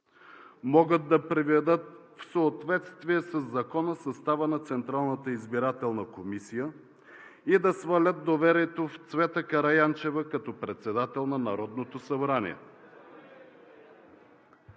Могат да приведат в съответствие със закона състава на Централната избирателна комисия и да свалят доверието в Цвета Караянчева като председател на Народното събрание.